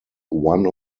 one